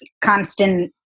constant